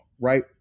right